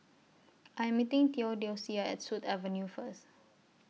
I'm meeting Theodocia At Sut Avenue First